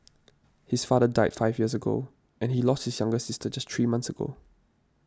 his father died five years ago and he lost his younger sister just three months ago